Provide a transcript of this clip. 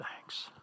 Thanks